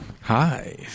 Hi